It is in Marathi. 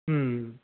हं